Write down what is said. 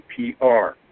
APR